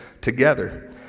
together